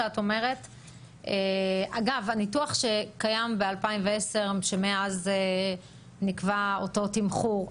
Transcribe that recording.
אגב, הניתוח שקיים ב-2010 שמאז נקבע אותו תמחור,